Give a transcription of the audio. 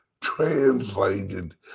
translated